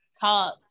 talk